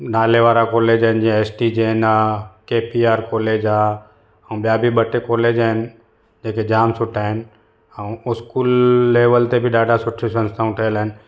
नाले वारा कॉलेज आइन जीअं एस डी जैन आहे के पी आर कॉलेज आहे ऐं ॿिया बि ॿ टे कॉलेज आहिनि जेके जाम सुठा आहिनि ऐं स्कूल लेवल ते बि ॾाढा सुठियूं संस्थाऊं ठहियलु आहिनि